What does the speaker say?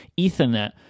Ethernet